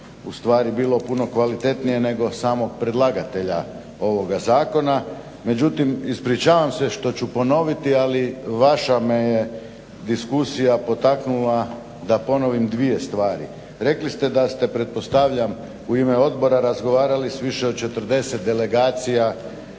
ustvari bilo puno kvalitetnije nego samog predlagatelja ovoga Zakona. Međutim, ispričavam se što ću ponoviti ali vaša me je diskusija potaknula da ponovim dvije stvari. Rekli ste da ste pretpostavljam u ime odbora razgovarali sa više od 40 delegacija